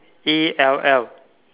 A L L